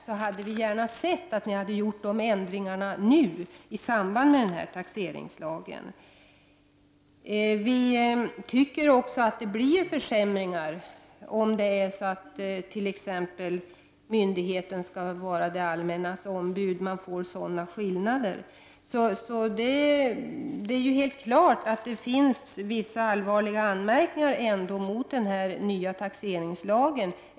Vi hade gärna sett att ni hade gjort dessa förändringar nu i samband med reformering av den här taxeringslagen. Vi tycker vidare att det blir försämringar om t.ex. myndigheten skall vara det allmännas ombud. Det blir skillnader. Det är helt klart att det finns allvarliga anmärkningar mot den nya taxeringslagen.